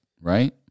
right